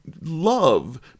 love